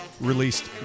released